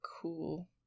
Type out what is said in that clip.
cool